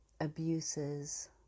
abuses